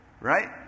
right